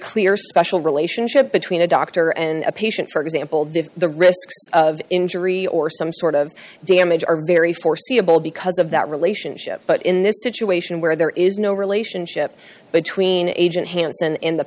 clear special relationship between a doctor and a patient for example does the risk of injury or some sort of damage are very foreseeable because of that relationship but in this situation where there is no relationship between agent hanson and the